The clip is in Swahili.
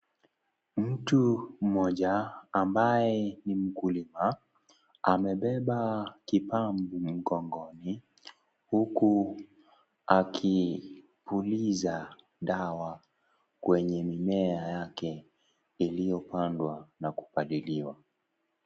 Mtu mmoja ambaye ni mkulima, amebeba kipampu mgongoni huku akipuliza dawa kwenye mimea yake iliopanda na kupaliliwa.